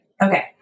Okay